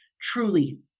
truly